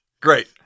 Great